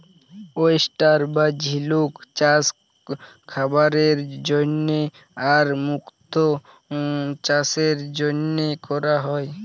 oyster বা ঝিলুক চাস খাবারের জন্হে আর মুক্ত চাসের জনহে ক্যরা হ্যয়ে